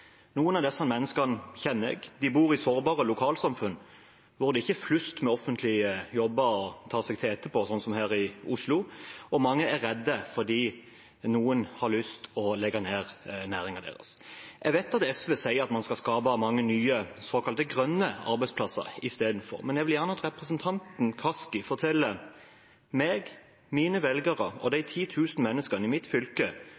Noen av disse menneskene kjenner jeg. De bor i sårbare lokalsamfunn hvor det ikke er flust med offentlige jobber å ta seg etterpå, sånn som her i Oslo, og mange er redde fordi noen har lyst til å legge ned næringen deres. Jeg vet at SV sier at man skal skape mange nye, såkalt grønne arbeidsplasser istedenfor, men jeg vil gjerne at representanten Kaski forteller meg, mine velgere og de 10 000 menneskene i mitt fylke